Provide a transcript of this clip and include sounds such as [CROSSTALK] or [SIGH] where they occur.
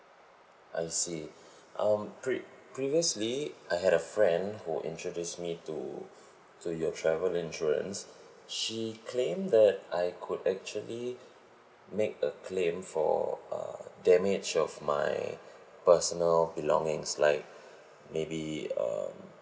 I see [BREATH] um pre~ previously I had a friend who introduced me to [BREATH] to your travel insurance she claimed that I could actually make a claim for uh damage of my personal belongings like maybe um